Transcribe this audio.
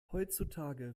heutzutage